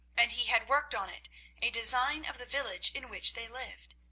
and he had worked on it a design of the village in which they lived.